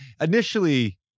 initially